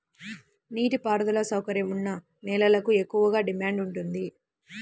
నీటి పారుదల సౌకర్యం ఉన్న నేలలకు ఎక్కువగా డిమాండ్ ఉంటుంది